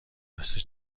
راستی